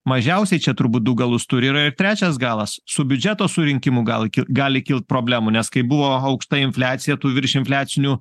mažiausiai čia turbūt du galus turi yra ir trečias galas su biudžeto surinkimu gal gali kilt problemų nes kai buvo aukšta infliacija tų virš infliacinių